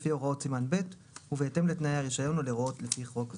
לפי הוראות סימן ב' ובהתאם לתנאי הרישיון ולהוראות לפי חוק זה.